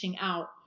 out